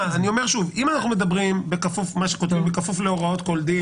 אני שוב: אם אנחנו מדברים על מה שכתוב כפוף להוראות כל דין